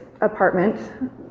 apartment